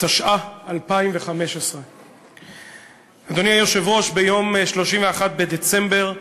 התשע"ה 2015. אדוני היושב-ראש, ביום 31 בדצמבר